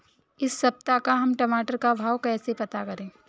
इस सप्ताह का हम टमाटर का भाव कैसे पता करें?